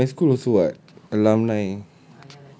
can go to my school also [what] alumni